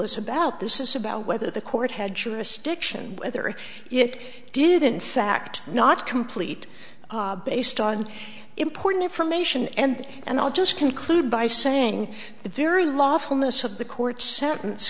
is about this is about whether the court had jurisdiction whether it did in fact not complete based on important information and and i'll just conclude by saying the very law for most of the court se